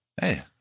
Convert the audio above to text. Hey